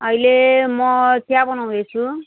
अहिले म चिया बनाउँदैछु